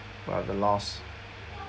while the loss